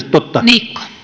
totta